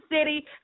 city